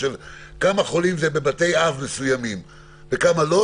של כמה חולים ובבתי אב מסוימים וכמה לא,